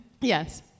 Yes